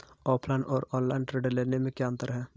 Offline और online ऋण लेने में क्या अंतर है?